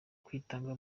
kwitanga